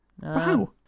Wow